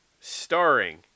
starring